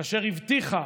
אשר הבטיחה